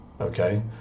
okay